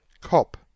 Cop